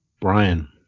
Brian